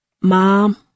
Mom